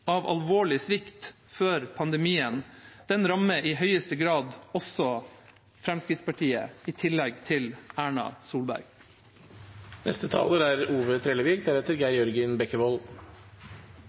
av alvorlig svikt før pandemien rammer i høyeste grad også Fremskrittspartiet i tillegg til Erna